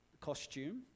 costume